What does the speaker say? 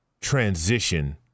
transition